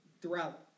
throughout